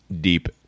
deep